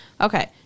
Okay